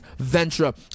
Ventra